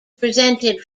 presented